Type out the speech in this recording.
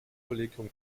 kollegium